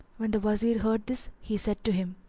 when the wazir heard this, he said to him,